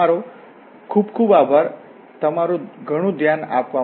તમારો ખૂબ ખૂબ આભાર તમારુ ઘણું ધ્યાન આપવા માટે